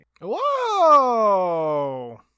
whoa